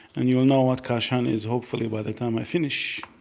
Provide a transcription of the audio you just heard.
and you will know what kashan is hopefully by the time i finish.